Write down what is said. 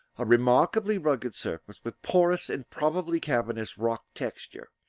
a remarkably rugged surface with porous and probably cavernous rock-texture,